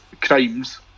crimes